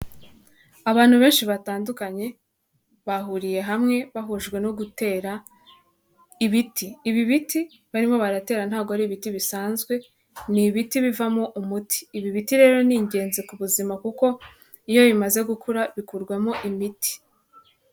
Abantu benshi batandukanye, bahuriye hamwe bahujwe no gutera ibiti. Ibi biti barimo baratera ntabwo ari ibiti bisanzwe, ni ibiti bivamo umuti. Ibi biti rero ni ingenzi ku buzima kuko iyo bimaze gukura bikurwamo imiti.